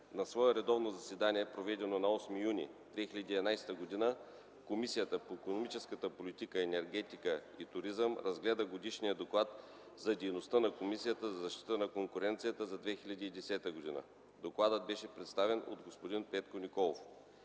На свое редовно заседание, проведено на 8 юни 2011 г., Комисията по икономическата политика, енергетика и туризъм разгледа Годишния доклад за дейността на Комисията за защита на конкуренцията за 2010 г. Докладът беше представен от господин Петко Николов.